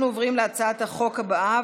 אנחנו עוברים להצעת החוק הבאה,